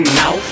now